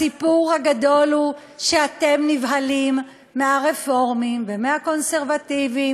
הסיפור הגדול הוא שאתם נבהלים מהרפורמים ומהקונסרבטיבים,